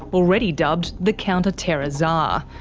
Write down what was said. already dubbed the counter-terror tsar.